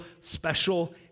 special